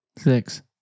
Six